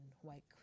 white